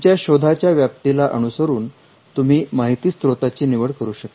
तुमच्या शोधाच्या व्याप्तीला अनुसरून तुम्ही माहितीस्त्रोताची निवड करू शकता